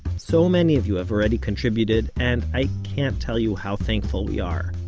so many of you have already contributed, and i can't tell you how thankful we are.